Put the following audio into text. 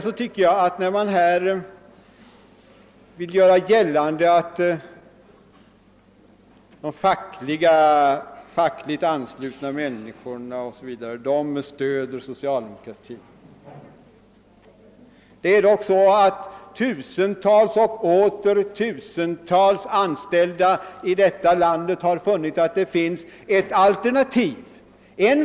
Statsministern vill göra gällande att de människor som är fackligt anslutna stöder socialdemokratin. Tusentals och åter tusentals anställda i detta land har dock insett att det finns ett alternativ.